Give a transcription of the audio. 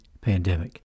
Pandemic